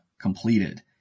completed